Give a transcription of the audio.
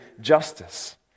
justice